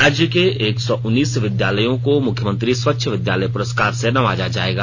राज्य के एक सौ उन्नीस विद्यालयों को मुख्यमंत्री स्वच्छ विद्यालय प्रस्कार से नवाजा जाएगा